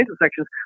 intersections